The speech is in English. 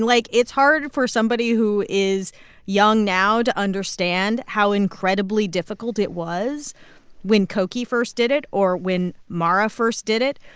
like, it's hard for somebody who is young now to understand how incredibly difficult it was when cokie first did it or when mara first did it.